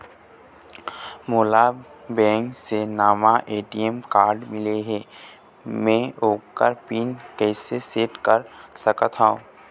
मोला बैंक से नावा ए.टी.एम कारड मिले हे, म ओकर पिन कैसे सेट कर सकत हव?